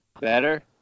Better